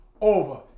over